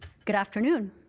good afternoon.